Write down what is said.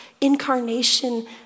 incarnation